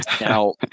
Now